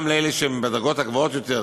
גם לאלה שהם בדרגות הגבוהות יותר,